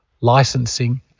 Licensing